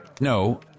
No